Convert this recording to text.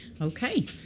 Okay